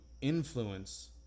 influence